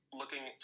looking